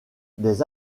des